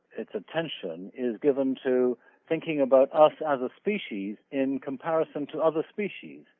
its attention is given to thinking about us as a species in comparison to other species.